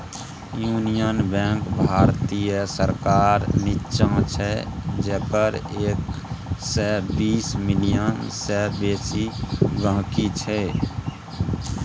union Bank भारतीय सरकारक निच्चां छै जकर एक सय बीस मिलियन सय बेसी गांहिकी छै